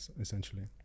essentially